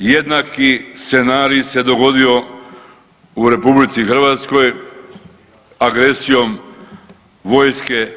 Jednaki scenarij se dogodio u RH agresijom vojske